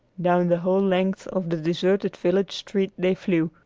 down the whole length of the deserted village street they flew,